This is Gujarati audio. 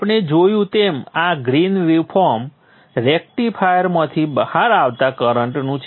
આપણે જોયું તેમ આ ગ્રીન વેવફોર્મ રેક્ટિફાયરમાંથી બહાર આવતા કરંટનું છે